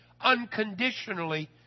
unconditionally